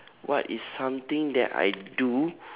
what is something that I do